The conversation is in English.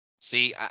See